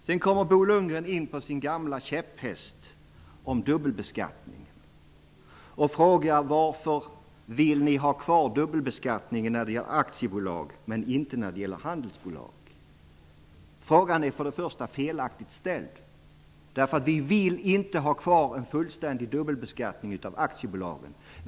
Sedan kom Bo Lundgren in på sin gamla käpphäst om dubbelbeskattning och frågar varför vi vill ha kvar dubbelbeskattningen för aktiebolag men inte för handelsbolag. Frågan är för det första felaktigt ställd. Vi vill inte ha kvar en fullständig dubbelbeskattning av aktiebolagen.